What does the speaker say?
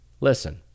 Listen